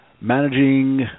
managing